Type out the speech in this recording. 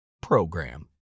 PROGRAM